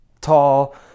tall